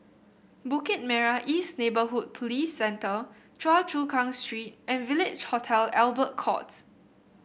Bukit Merah East Neighbourhood Police Centre Choa Chu Kang Street and Village Hotel Albert Court